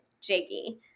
jiggy